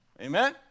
Amen